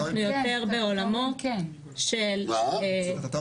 אנחנו יותר בעולמות של --- תכנון